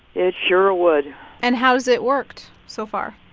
it sure would and how's it worked so far?